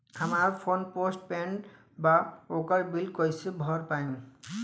हमार phone postpaid बा ओकर बिल कईसे भर पाएम?